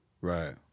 Right